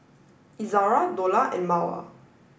Izara Dollah and Mawar